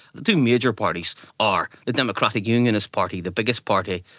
the two major parties are the democratic unionist party, the biggest party,